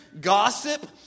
gossip